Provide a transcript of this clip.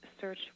search